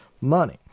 money